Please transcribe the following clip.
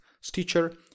Stitcher